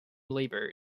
labor